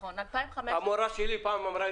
בעולם רגוע,